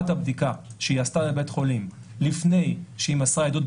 הבדיקה שהיא עשתה בבית חולים לפני שהיא מסרה עדות,